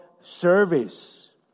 service